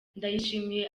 ndayishimiye